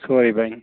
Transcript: سورٕے بَنہِ